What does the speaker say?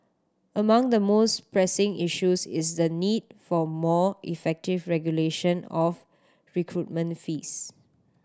among the most pressing issues is the need for more effective regulation of recruitment fees